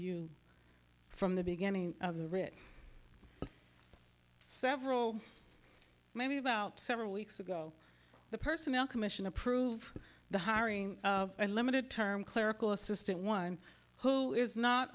you from the beginning of the writ several maybe about several weeks ago the personnel commission approve the hiring of a limited term clerical assistant one who is not